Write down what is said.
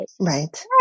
Right